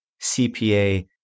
CPA